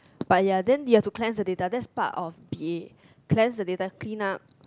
but ya then you have to plan the data that part of B_A plan the data key up